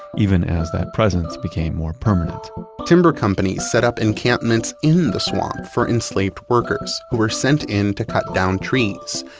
even as that presence became more permanent timber companies set up encampments in the swamp for enslaved workers who were sent in to down trees.